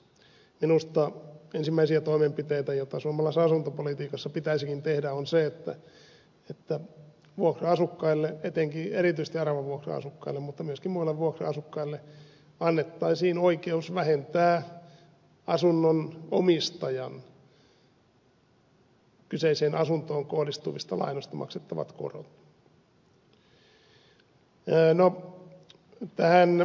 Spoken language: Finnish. minusta ensimmäisiä toimenpiteitä joita suomalaisessa asuntopolitiikassa pitäisikin tehdä on se että vuokra asukkaille etenkin erityisesti aravavuokra asukkaille mutta myöskin muille vuokra asukkaille annettaisiin oikeus vähentää asunnon omistajan kyseiseen asuntoon kohdistuvista lainoista maksettavat korot